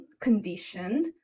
conditioned